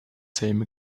same